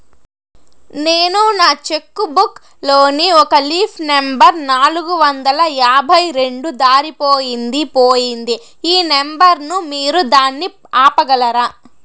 నేను నా cheque book లోని ఒక లీఫ్ నెంబర్ నాలుగు వందల యాభై రెండు దారిపొయింది పోయింది ఈ నెంబర్ ను మీరు దాన్ని ఆపగలరా?